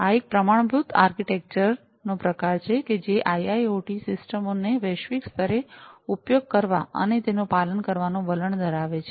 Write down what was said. આ એક પ્રમાણભૂત આર્કિટેક્ચર નો પ્રકાર છે કે જે આઈઆઈઑટી સિસ્ટમો ને વૈશ્વિક સ્તરે ઉપયોગ કરવા અને તેનું પાલન કરવાનું વલણ ધરાવે છે